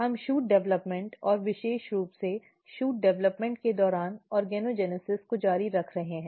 हम shoot development और विशेष रूप से शूट डेवलपमेंट के दौरान ऑर्गोजेनेसिस को जारी रख रहे हैं